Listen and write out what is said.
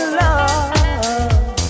love